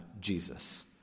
Jesus